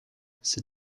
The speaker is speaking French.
c’est